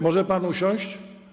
Może pan usiąść?